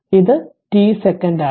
ഇത് t സെക്കന്റാണ്